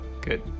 Good